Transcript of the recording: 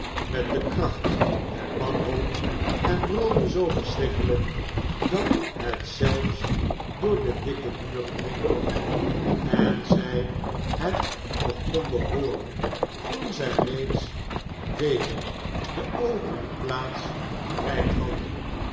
met de kracht der wanhoop en brulde zoo verschrikkelijk dat het ze fs door de dikke muren heendrong en zij het nog konden hooren toen zij reeds weder de opene plaats bereikt hadden